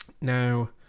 now